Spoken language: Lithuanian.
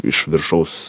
iš viršaus